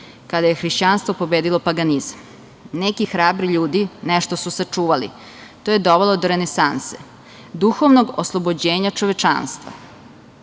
kada je hrišćanstvo pobedilo paganizam. Neki hrabri ljudi nešto su sačuvali. To je dovelo do renesanse, duhovnog oslobođenja čovečanstva.